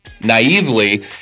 naively